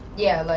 yeah, like